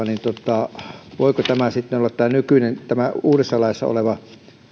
niin voiko sitten tämä uudessa laissa oleva